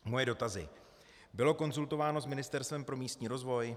Moje dotazy: Bylo konzultováno s Ministerstvem pro místní rozvoj?